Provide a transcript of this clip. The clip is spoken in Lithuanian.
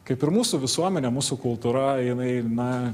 kaip ir mūsų visuomenė mūsų kultūra jinai na